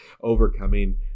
overcoming